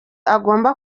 agomba